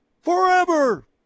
forever